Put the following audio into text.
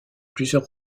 plusieurs